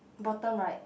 bottom right